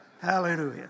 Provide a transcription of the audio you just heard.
Hallelujah